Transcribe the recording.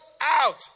out